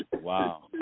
wow